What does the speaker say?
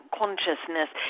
consciousness